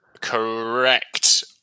Correct